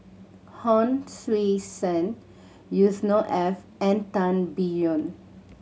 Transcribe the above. Hon Sui Sen Yusnor Ef and Tan Biyun